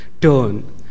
turn